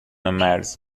مرز